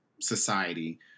society